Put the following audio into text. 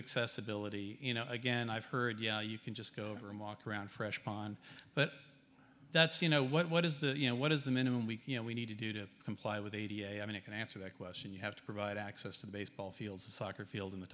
excess ability you know again i've heard you know you can just go over and walk around fresh pond but that's you know what is the you know what is the minimum we you know we need to do to comply with a da i mean i can answer that question you have to provide access to baseball fields a soccer field in the